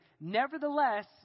nevertheless